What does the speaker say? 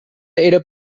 era